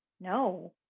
No